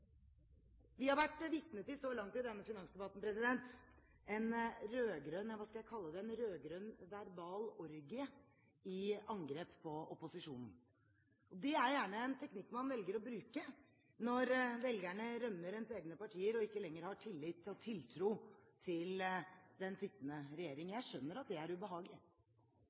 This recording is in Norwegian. denne finansdebatten vært vitne til, hva skal jeg kalle det, en rød-grønn verbal orgie i angrep på opposisjonen. Det er gjerne en teknikk man velger å bruke når velgerne rømmer ens egne partier, og ikke lenger har tillit og tiltro til den sittende regjering. Jeg skjønner at det er ubehagelig,